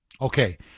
okay